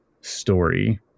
story